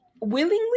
willingly